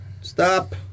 stop